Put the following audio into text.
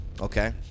Okay